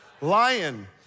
lion